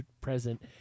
present